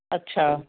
ਅੱਛਾ